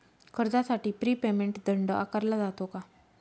कर्जासाठी prepayment दंड आकारला जातो का?